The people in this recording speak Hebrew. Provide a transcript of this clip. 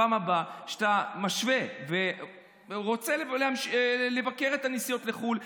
בפעם הבאה שאתה משווה ורוצה לבקר את הנסיעות לחו"ל,